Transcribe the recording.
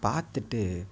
பார்த்துட்டு